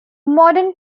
modern